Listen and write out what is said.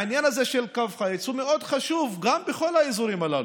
העניין הזה של קו חיץ הוא מאוד חשוב גם בכל האזורים הללו.